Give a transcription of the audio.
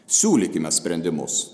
siūlykime sprendimus